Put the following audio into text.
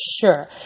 sure